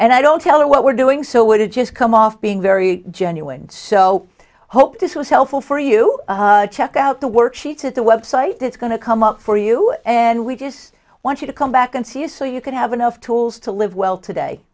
and i don't tell her what we're doing so what had just come off being very genuine so hope this was helpful for you check out the worksheets at the website it's going to come up for you and we just want you to come back and see you so you can have enough tools to live well today